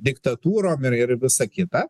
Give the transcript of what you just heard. diktatūrom ir ir visa kita